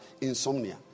insomnia